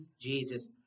Jesus